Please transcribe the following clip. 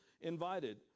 invited